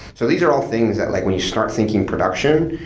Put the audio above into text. so these are all things that like when you start thinking production,